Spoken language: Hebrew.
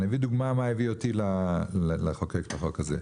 אני אביא דוגמה מה הביא אותי לחוקק את החוק הזה.